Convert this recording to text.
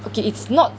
okay it's not